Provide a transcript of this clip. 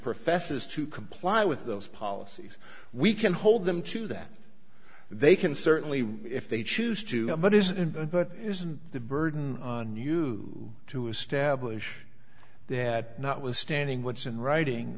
professes to comply with those policies we can hold them to that they can certainly if they choose to but isn't but isn't the burden on you to establish they had notwithstanding what's in writing